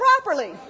properly